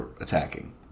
attacking